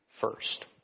first